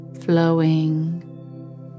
flowing